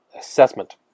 assessment